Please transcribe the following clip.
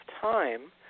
time